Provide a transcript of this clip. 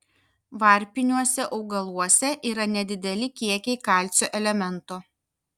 varpiniuose augaluose yra nedideli kiekiai kalcio elemento